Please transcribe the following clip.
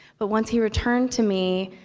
but once he returned to me,